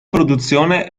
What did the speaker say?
produzione